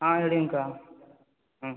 ஆ ரெடிங்கக்கா ம்